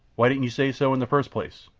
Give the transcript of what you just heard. why didn't you say so in the first place?